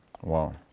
Wow